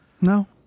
No